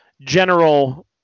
general